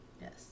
Yes